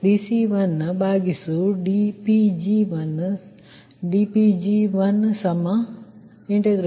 C1dC1dPg1 dPg10